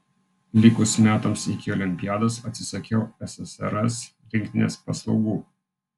likus metams iki olimpiados atsisakiau ssrs rinktinės paslaugų